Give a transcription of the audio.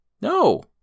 No